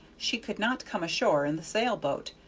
she could not come ashore in the sail-boat,